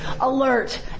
alert